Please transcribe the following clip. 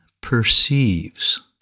perceives